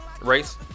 Race